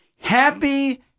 happy